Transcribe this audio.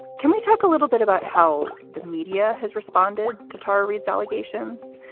can we talk a little bit about how the media has responded to tara reid's allegations?